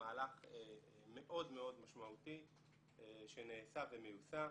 מהלך מאוד מאוד משמעותי שנעשה ומיושם.